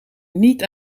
niet